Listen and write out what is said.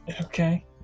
Okay